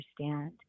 understand